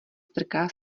strká